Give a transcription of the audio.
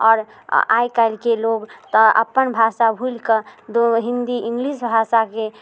आओर आइ काल्हिके लोक तऽ अपन भाषा भूलिकऽ हिन्दी इंग्लिश भाषाके